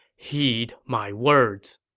heed my words!